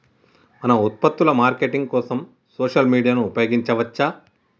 మన ఉత్పత్తుల మార్కెటింగ్ కోసం సోషల్ మీడియాను ఉపయోగించవచ్చా?